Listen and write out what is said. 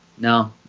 No